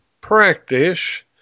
practice